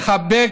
לחבק,